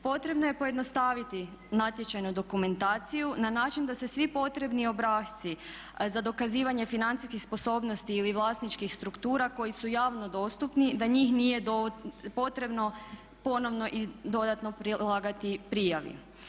Potrebno je pojednostaviti natječajnu dokumentaciju na način da se svi potrebni obrasci za dokazivanje financijskih sposobnosti ili vlasničkih struktura koji su javno dostupni da njih nije potrebno ponovno i dodatno prilagati prijavi.